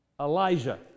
Elijah